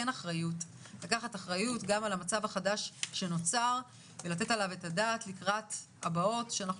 אחריות גם על המצב החדש שנוצר ולתת עליו את הדעת לקראת הבאות שאנחנו